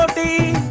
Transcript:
the